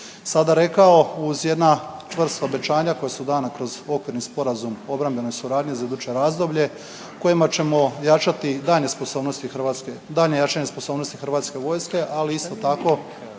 sada rekao, uz jedna čvrsta obećanja koja su dana kroz okvirni sporazum obrambene suradnje za iduće razdoblje kojima ćemo jačati i daljnje sposobnosti hrvatske, daljnje jačanje